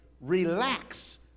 Relax